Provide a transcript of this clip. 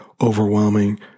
overwhelming